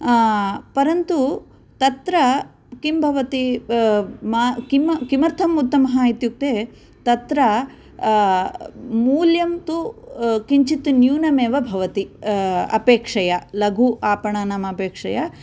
परन्तु तत्र किं भवति म किं किमर्थम् उत्तमः इत्युक्ते तत्र मूल्यं तु किञ्चित् न्यूनं एव भवति अपेक्षया लघु आपणानाम् अपेक्षया